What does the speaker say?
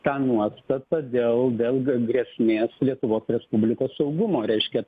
tą nuostatą dėl dėl grėsmės lietuvos respublikos saugumo reiškia